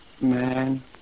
man